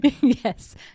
Yes